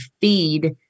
feed